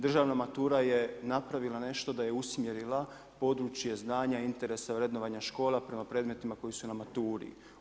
Državna matura je napravila nešto da je usmjerila područje znanja interesa vrednovanja škola prema predmetima koja su na maturi.